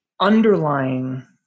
underlying